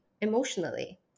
emotionally